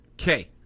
Okay